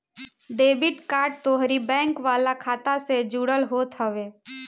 debit card तोहरी bank वाला खाता से जुड़ल होत हवे